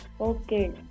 Okay